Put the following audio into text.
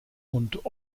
und